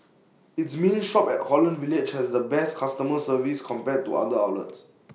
its main shop at Holland village has the best customer service compared to other outlets